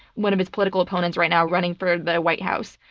one of his political opponents right now running for the white house.